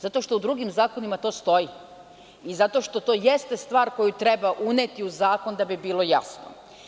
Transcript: Zato što u drugim zakonima to stoji i zato što to jeste stvar koju treba uneti u zakon da bi bilo jasno.